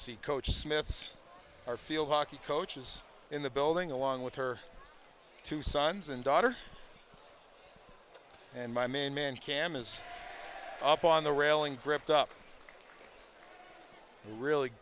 see coach smith's are field hockey coaches in the building along with her two sons and daughter and my main man cam is up on the railing gripped up and really